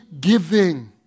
giving